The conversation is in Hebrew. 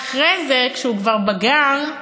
ואחרי זה, כשהוא כבר בגר,